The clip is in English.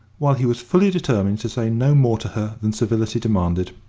while he was fully determined to say no more to her than civility demanded.